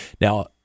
Now